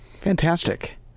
Fantastic